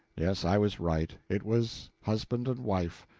yes, i was right it was husband and wife.